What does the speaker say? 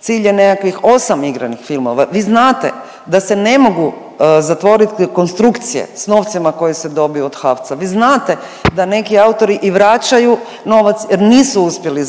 cilj je nekakvih 8 igranih filmova. Vi znate da se ne mogu zatvoriti konstrukcije s novcima koje se dobiju od HAVC-a, vi znate da neki autori i vraćaju novac jer nisu uspjeli